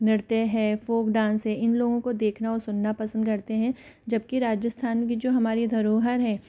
नृत्य है folk dance है इन लोगों को देखना और सुनना पसंद करते हैं जबकी राजस्थान की जो हमारी धरो़हर है